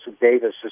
Davis